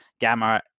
Gamma